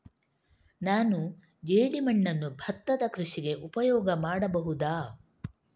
ನಾನು ಜೇಡಿಮಣ್ಣನ್ನು ಭತ್ತದ ಕೃಷಿಗೆ ಉಪಯೋಗ ಮಾಡಬಹುದಾ?